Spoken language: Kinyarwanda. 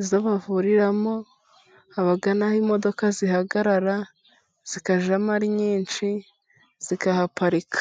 izo bavuriramo, haba n'aho imodoka zihagarara zikajyamo ari nyinshi zikahaparika.